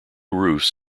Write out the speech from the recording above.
roofs